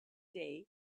day